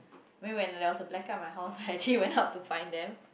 maybe when there is a blackout at my house I actually went up to find them